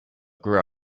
grew